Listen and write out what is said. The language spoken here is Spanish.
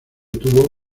tuvo